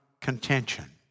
contention